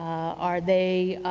are they